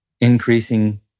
increasing